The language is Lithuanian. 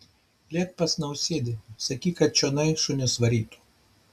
lėk pas nausėdį sakyk kad čionai šunis varytų